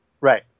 Right